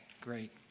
great